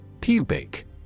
Pubic